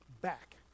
back